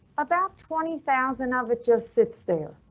about twenty thousand of it just sits there.